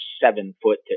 seven-foot